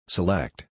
Select